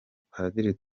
padiri